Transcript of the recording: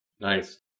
nice